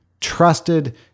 trusted